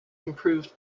improved